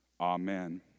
Amen